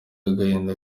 agahinda